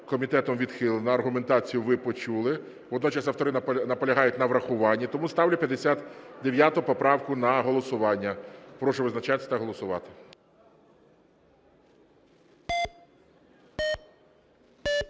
комітетом відхилена, аргументацію ви почули. Водночас автори наполягають на врахуванні. Тому ставлю на голосування 59 поправку на голосування. Прошу визначатися та голосувати.